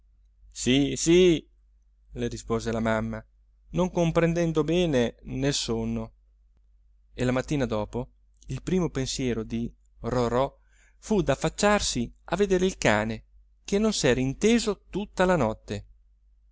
sì sì le rispose la mamma non comprendendo bene nel sonno e la mattina dopo il primo pensiero di rorò fu d'affacciarsi a vedere il cane che non s'era inteso tutta la notte